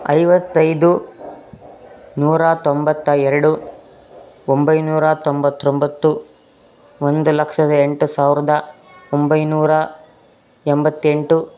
ಐವತ್ತೈದು ನೂರ ತೊಂಬತ್ತ ಎರಡು ಒಂಬೈನೂರ ತೊಂಬತ್ತೊಂಬತ್ತು ಒಂದು ಲಕ್ಷದ ಎಂಟು ಸಾವಿರದ ಒಂಬೈನೂರ ಎಂಬತ್ತೆಂಟು